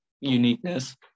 uniqueness